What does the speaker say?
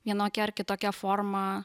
vienokia ar kitokia forma